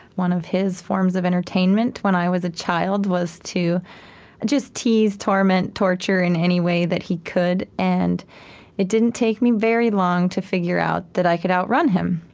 one of his forms of entertainment, when i was a child, was to just tease, torment, torture in any way that he could, and it didn't take me very long to figure out that i could outrun him.